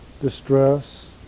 distress